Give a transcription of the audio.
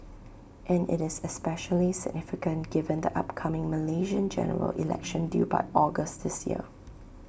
and IT is especially significant given the upcoming Malaysian General Election due by August this year